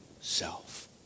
self